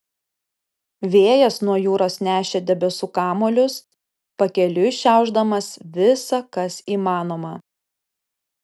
vėjas nuo jūros nešė debesų kamuolius pakeliui šiaušdamas visa kas įmanoma